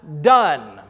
done